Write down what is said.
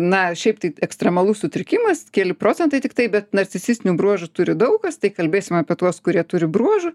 na šiaip tai ekstremalus sutrikimas keli procentai tiktai bet narcisistinių bruožų turi daug kas tai kalbėsim apie tuos kurie turi bruožų